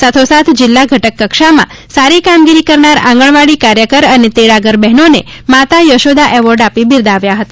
સાથો સાથ જિલ્લા ઘટક કક્ષામાં સારી કામગીરી કરનાર આંગણવાડી કાર્યકર અને તેડાગર બહેનોને માતા યશોદા એવોર્ડ આપી બિરદાવ્યા હતા